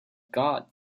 got